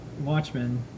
Watchmen